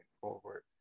forward